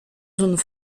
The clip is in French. zones